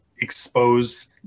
expose